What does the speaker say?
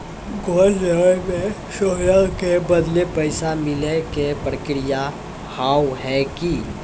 Gold loan मे सोना के बदले पैसा मिले के प्रक्रिया हाव है की?